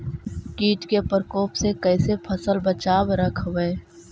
कीट के परकोप से कैसे फसल बचाब रखबय?